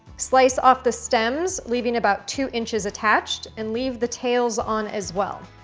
slice off the stems, leaving about two inches attached, and leave the tails on as well.